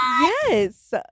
Yes